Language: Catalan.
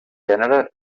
gènere